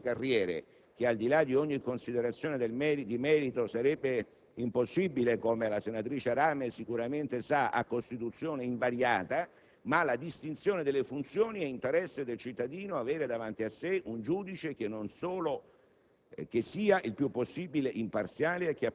prevede che ci sia la separazione delle carriere (che al di là di ogni considerazione di merito sarebbe impossibile, come la senatrice Rame sicuramente sa, a Costituzione invariata), ma una distinzione delle funzioni in quanto è interesse del cittadino avere davanti a sé un giudice il